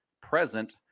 present